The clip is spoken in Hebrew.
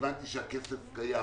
והבנתי שהכסף קיים.